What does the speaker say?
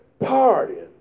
partying